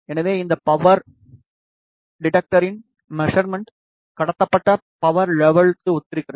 எனவே இந்த பவர் டிடெக்டரின் மெஷர்மென்ட் கடத்தப்பட்ட பவர் லெவல்க்கு ஒத்திருக்கிறது